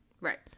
Right